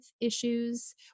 issues